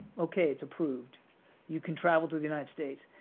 okay, it's approved you can travel to the united states,